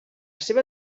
seva